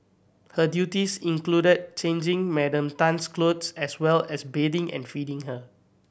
her duties included changing Madam Tan's clothes as well as bathing and feeding her